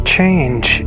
Change